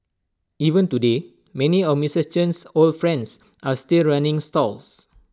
even today many of Mister Chen's old friends are still running stalls